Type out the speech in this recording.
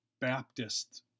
Baptist